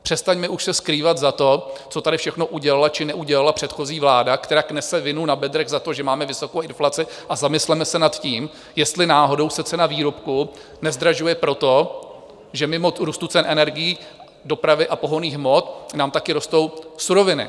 Přestaňme se už skrývat za to, co tady všechno udělala či neudělala předchozí vláda, kterak nese vinu na bedrech za to, že máme vysokou inflaci, a zamysleme se nad tím, jestli náhodou se cena výrobků nezdražuje proto, že mimo růst cen energií, dopravy a pohonných hmot nám také rostou suroviny.